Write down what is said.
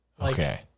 Okay